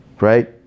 right